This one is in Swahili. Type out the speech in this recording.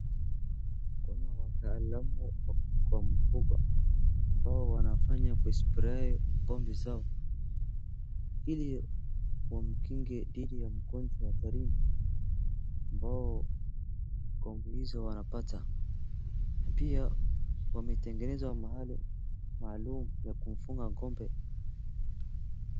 Kuna wataalamu wa mifugo ambao wanafanya kuispray ng'ombe zao ili wamkinge dhidi ya magonjwa hatarini ambao ng'ombe hizo wanapata, na pia wametengeneza mahali maalum ya kufunga ng'ombe.